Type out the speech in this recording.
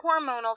hormonal